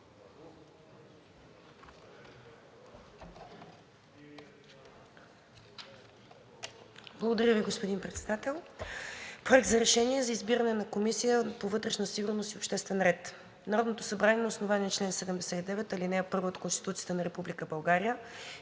Благодаря Ви, господин Председател. „Проект! РЕШЕНИЕ за избиране на Комисия по вътрешна сигурност и обществен ред Народното събрание на основание чл. 79, ал. 1 от Конституцията на